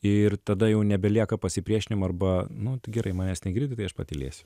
ir tada jau nebelieka pasipriešinimo arba nu gerai manęs negridi tai aš patylėsiu